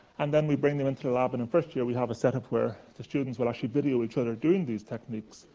and then we bring them into the lab. and in first year, we have a set up where the students will actually video each other doing these techniques,